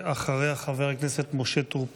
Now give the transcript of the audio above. אחריה, חבר הכנסת משה טור פז.